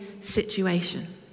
situation